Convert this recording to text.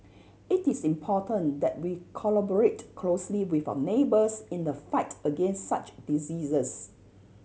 it is important that we collaborate closely with our neighbours in the fight against such diseases